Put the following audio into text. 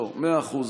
לא, מאה אחוז.